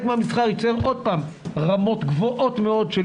מהמסחר ייצור עוד פעם רמות גבוהות מאוד של